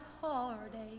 heartache